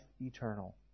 eternal